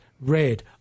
red